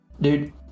Dude